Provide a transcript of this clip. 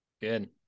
Good